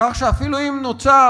כך שאפילו אם נוצר,